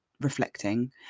reflecting